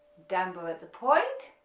down bow at the point,